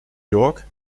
york